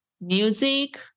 music